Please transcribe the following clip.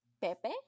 Pepe